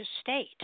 state